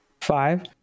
five